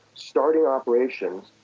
starting operations,